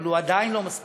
אבל הוא עדיין לא מספיק.